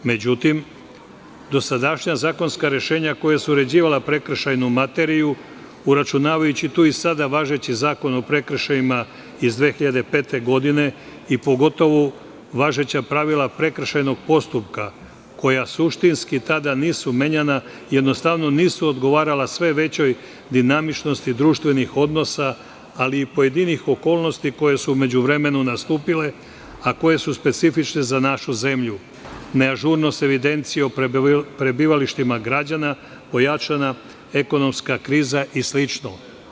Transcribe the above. Međutim, dosadašnja zakonska rešenja koja su uređivala prekršajnu materiju, uračunavajući tu i sada važeći Zakon o prekršajima iz 2005. godine i pogotovo važeća pravila prekršajnog postupka koja suštinski tada nisu menjana, jednostavno nisu odgovarala sve većoj dinamičnosti društvenih odnosa ali i pojedinih okolnosti koje su u međuvremenu nastupile, a koje su specifične za našu zemlju, neažurnost evidencije o prebivalištima građana ojačana, ekonomska kriza i slično.